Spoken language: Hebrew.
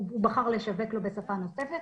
הוא בחר לשווק לו בשפה נוספת,